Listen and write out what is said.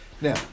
Now